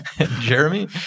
Jeremy